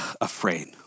afraid